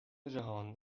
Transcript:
جهان